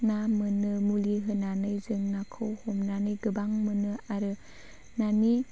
ना मोनो मुलि होनानै जों नाखौ हमनानै गोबां मोनो आरो नानि